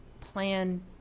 plan